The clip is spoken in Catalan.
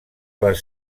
les